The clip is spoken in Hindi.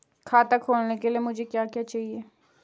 खाता खोलने के लिए मुझे क्या क्या चाहिए?